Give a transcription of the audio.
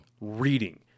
reading